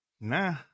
Nah